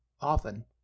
often